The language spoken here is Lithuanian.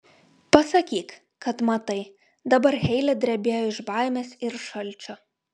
pasakyk kad matai dabar heile drebėjo iš baimės ir šalčio